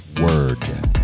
word